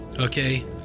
okay